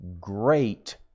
great